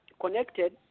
connected